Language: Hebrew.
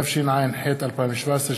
התשע"ח 2017,